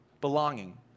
belonging